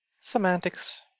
semantics